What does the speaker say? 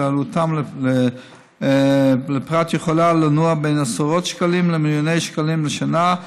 שעלותן לפרט יכולה לנוע בין עשרות שקלים למיליוני שקלים לשנה,